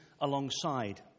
alongside